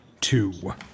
two